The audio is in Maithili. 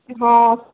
हँ